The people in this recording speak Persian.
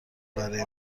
برای